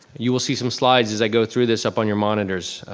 you will see some slides as i go through this up on your monitors.